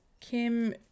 Kim